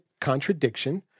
contradiction